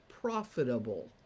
profitable